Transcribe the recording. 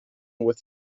with